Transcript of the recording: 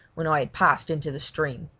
when i had passed into the stream.